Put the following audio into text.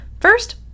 first